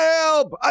help